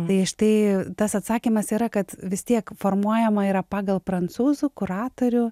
tai štai tas atsakymas yra kad vis tiek formuojama yra pagal prancūzų kuratorių